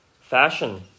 fashion